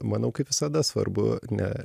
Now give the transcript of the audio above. manau kaip visada svarbu ne